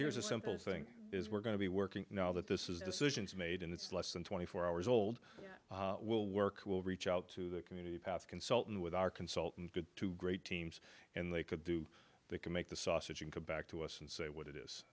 here's a simple thing is we're going to be working now that this is decisions made in that's less than twenty four hours old will work we'll reach out to the community pass consulting with our consultant good to great teams and they could do they can make the sausage and come back to us and say what it is